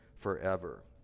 forever